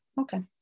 Okay